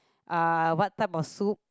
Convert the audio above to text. uh what type of soup